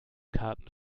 karten